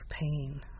pain